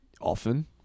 Often